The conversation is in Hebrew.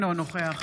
אינו נוכח